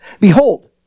behold